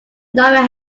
norway